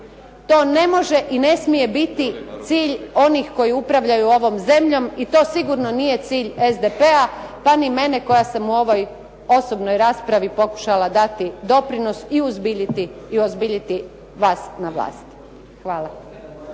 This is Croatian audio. To ne može i ne smije biti cilj onih koji upravljaju ovom zemljom i to sigurno nije cilj SDP-a, pa ni mene koja sam u ovoj osobnoj raspravi pokušala dati doprinos i uozbiljiti vas na vlasti. Hvala.